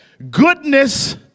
Goodness